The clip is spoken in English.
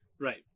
Right